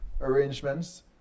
arrangements